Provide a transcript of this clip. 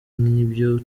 n’ibyo